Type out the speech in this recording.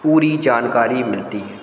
पूरी जानकारी मिलती है